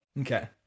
Okay